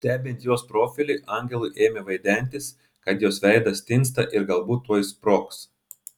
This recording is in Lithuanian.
stebint jos profilį angelui ėmė vaidentis kad jos veidas tinsta ir galbūt tuoj sprogs